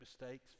mistakes